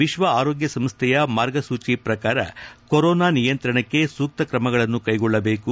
ವಿಕ್ಷ ಆರೋಗ್ಲ ಸಂಸ್ಥೆಯ ಮಾರ್ಗಸೂಚಿ ಪ್ರಕಾರ ಕೊರೋನಾ ನಿಯಂತ್ರಣಕ್ಕೆ ಸೂಕ್ತ ಕ್ರಮಗಳನ್ನು ಕೈಗೊಳ್ಳಬೇಕು